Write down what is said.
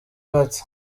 gato